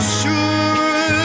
sure